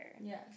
Yes